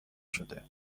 شده